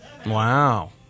Wow